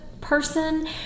person